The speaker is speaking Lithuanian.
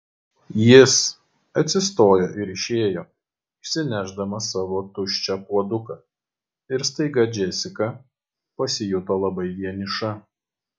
jis atsistojo ir išėjo išsinešdamas savo tuščią puoduką ir staiga džesika pasijuto labai vieniša